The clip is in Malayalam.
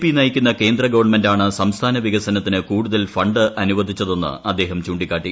പി നയിക്കുന്ന കേന്ദ്ര ഗവൺമെന്റാണ് സംസ്ഥാന വികസനത്തിന് കൂടുതൽ ഫണ്ട് അനുവദിച്ചതെന്ന് അദ്ദേഹം ചൂണ്ടിക്കാട്ടി